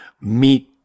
meet